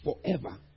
forever